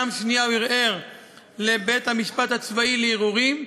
בפעם השנייה הוא ערער לבית-המשפט הצבאי לערעורים,